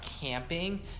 camping